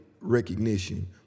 recognition